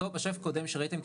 אותו שקף קודם שראיתם,